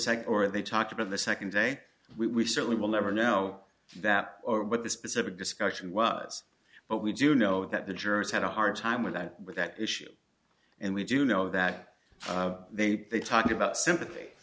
second or they talked of the second day we certainly will never know that or what the specific discussion was but we do know that the jurors had a hard time with that with that issue and we do know that they they talked about sympathy